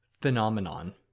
phenomenon